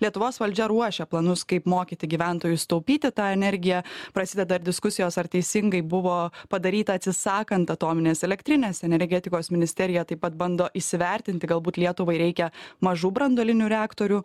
lietuvos valdžia ruošia planus kaip mokyti gyventojus taupyti tą energiją prasideda ir diskusijos ar teisingai buvo padaryta atsisakant atominės elektrinės energetikos ministerija taip pat bando įsivertinti galbūt lietuvai reikia mažų branduolinių reaktorių